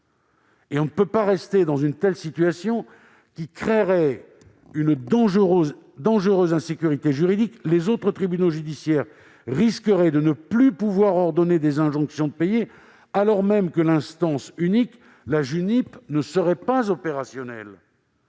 On ne peut maintenir une telle situation, qui créerait une dangereuse insécurité juridique, dans la mesure où les autres tribunaux judiciaires risqueraient de ne plus pouvoir ordonner des injonctions de payer, alors même que l'instance unique, la Junip, ne serait pas opérationnelle.